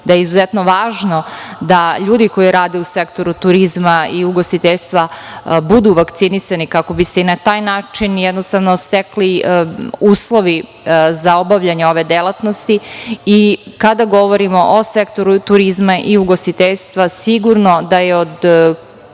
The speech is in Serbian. da je izuzetno važno da ljudi koji rade u sektoru turizma i ugostiteljstva budu vakcinisani kako bi se i na taj način jednostavno stekli uslovi za obavljanje ove delatnosti. Kada govorimo o sektoru turizma i ugostiteljstva sigurno da je od